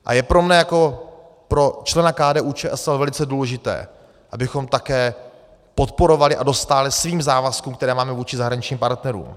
A je pro mne jako pro člena KDUČSL velice důležité, abychom také podporovali a dostáli svým závazkům, které máme vůči zahraničním partnerům.